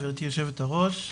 גברתי יושבת הראש,